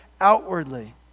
outwardly